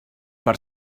per